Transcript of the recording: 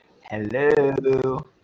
Hello